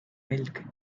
milk